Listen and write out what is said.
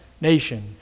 nation